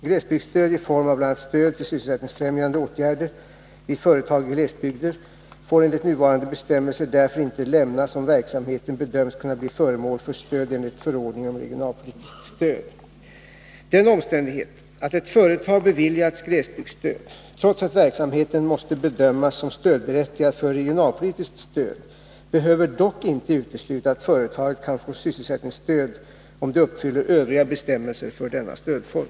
Glesbygdsstöd i form av bl.a. stöd till sysselsättningsfrämjande åtgärder vid företag i glesbygder får enligt nuvarande bestämmelser därför inte lämnas om verksamheten bedöms kunna bli föremål för stöd enligt förordningen om regionalpolitiskt stöd. Den omständigheten att ett företag beviljats glesbygdsstöd trots att verksamheten måste bedömas som stödberättigad för regionalpolitiskt stöd behöver dock inte utesluta att företaget kan få sysselsättningsstöd om det uppfyller övriga bestämmelser för denna stödform.